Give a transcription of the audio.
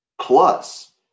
plus